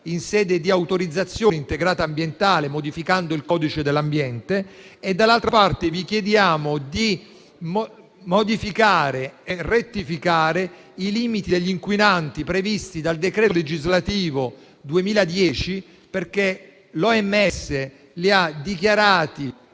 in sede di autorizzazione integrata ambientale, modificando il codice dell'ambiente, e dall'altra parte di modificare e rettificare i limiti degli inquinanti previsti dal decreto legislativo n. 155 del 13 agosto 2010. L'OMS li ha dichiarati